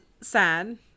sad